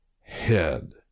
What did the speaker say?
head